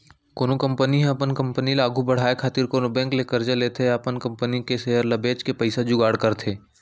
कोनो कंपनी ह अपन कंपनी ल आघु बड़हाय खातिर कोनो बेंक ले करजा लेथे या अपन कंपनी के सेयर ल बेंच के पइसा जुगाड़ करथे